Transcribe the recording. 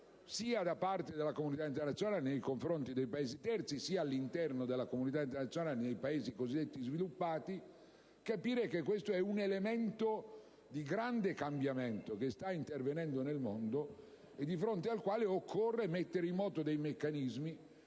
sia da parte della comunità internazionale nei confronti dei Paesi terzi, sia all'interno della comunità internazionale nei Paesi cosiddetti sviluppati, capire che questo è un elemento di grande cambiamento che sta intervenendo nel mondo, di fronte al quale occorre mettere in moto dei meccanismi